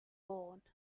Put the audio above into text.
born